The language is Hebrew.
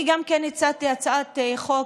גם אני הצעתי הצעת חוק